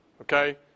Okay